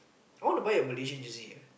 I want to buy a Malaysian jersey eh